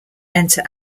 enter